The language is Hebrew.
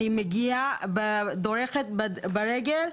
אני מגיעה ודורכת ברגל,